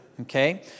Okay